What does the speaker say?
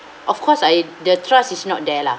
of course I the trust is not there lah